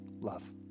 love